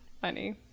Funny